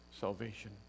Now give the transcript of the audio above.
salvation